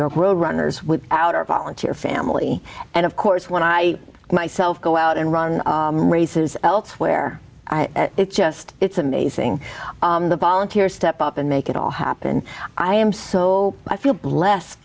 york road runners without our volunteer family and of course when i myself go out and run races elsewhere it's just it's amazing the volunteers step up and make it all happen i am so i feel blessed